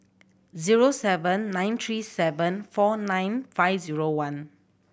zero seven nine three four nine five zero one